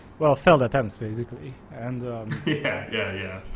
well felt at times physically and yeah yeah,